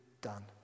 done